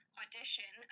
audition